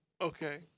Okay